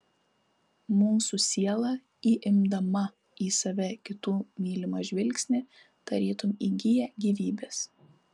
mūsų siela įimdama į save kitų mylimą žvilgsnį tarytum įgyja gyvybės